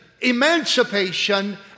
emancipation